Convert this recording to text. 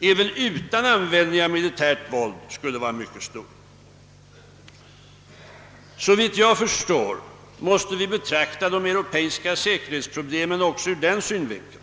-— också utan användning av militärt våld skulle vara mycket stor. " Såvitt jag förstår måste vi betrakta de europeiska säkerhetsproblemen också ur denna synvinkel.